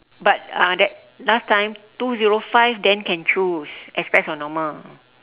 but uh that last time two zero five then can choose express or normal